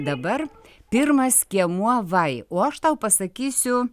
dabar pirmas skiemuo vai o aš tau pasakysiu